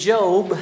Job